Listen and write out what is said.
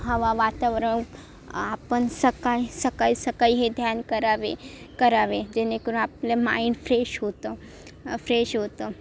हवा वातावरण आपण सकाळी सकाळी सकाळी ह्ये ध्यान करावे करावे जेणेकरून आपले माईंड फ्रेश होतं फ्रेश होतं